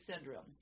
syndrome